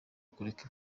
kureka